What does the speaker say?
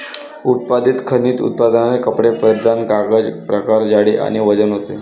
उत्पादित खनिज उत्पादने कपडे परिधान कागद प्रकार जाडी आणि वजन होते